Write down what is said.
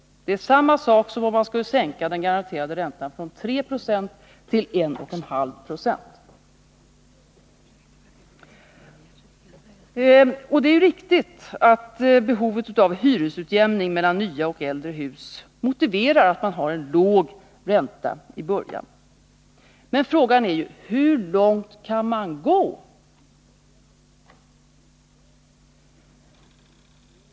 Det är samma sak som om man skulle sänka den garanterade räntan från 3 2 till 1,5 Ze. Det är riktigt att behovet av en hyresutjämning mellan nya och äldre hus motiverar att man har en låg ränta i början, men frågan är ju hur långt man kan gå.